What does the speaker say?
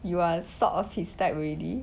you are sort of his type already